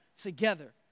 together